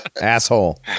Asshole